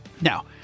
Now